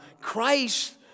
Christ